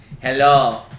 Hello